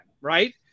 Right